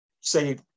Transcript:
say